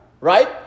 right